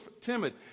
timid